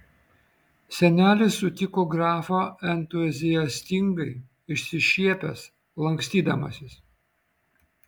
senelis sutiko grafą entuziastingai išsišiepęs lankstydamasis